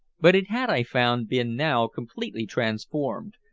but it had, i found, been now completely transformed,